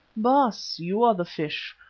baas, you are the fish,